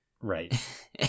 Right